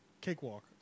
Cakewalk